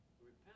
Repent